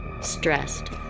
Stressed